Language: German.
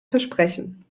versprechen